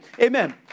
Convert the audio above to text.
Amen